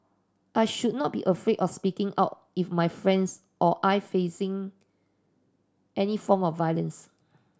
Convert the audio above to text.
I should not be afraid of speaking out if my friends or I facing any form of violence